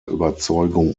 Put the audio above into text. überzeugung